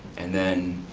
and then,